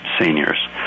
seniors